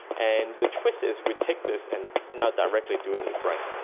and the twist is we take this and now directly do it in the brain.